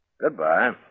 Goodbye